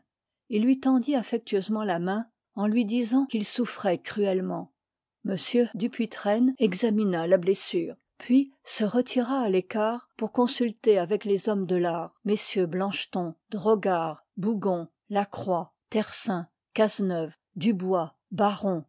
il lui tendit affectueusement la main en lui disant qu'il souffroit cruellement m dupuytren examina la blessure puis se retira à l'écart pour consulter avec les hommes de fart mm blancheton drogard bougon lacroix therii part çjn caseneuve dubois